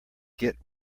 get